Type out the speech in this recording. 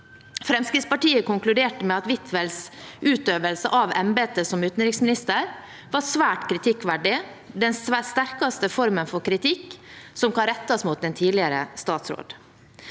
Fremskrittspartiet konkluderte med at Huitfeldts utøvelse av embetet som utenriksminister var svært kritikkverdig, den sterkeste formen for kritikk som kan rettes mot en tidligere statsråd.